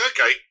okay